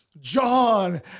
John